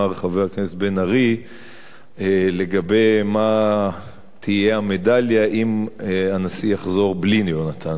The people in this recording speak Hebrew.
בן-ארי לגבי מה תהיה המדליה אם הנשיא יחזור בלי יהונתן פולארד.